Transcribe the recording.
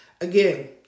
Again